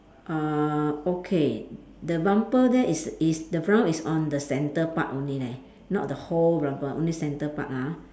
uh okay the bumper there is is the brown is on the centre part only leh not the whole rubber only centre part ah